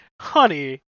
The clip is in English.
honey